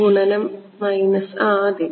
ഗുണനം മൈനസ് അതെ